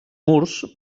murs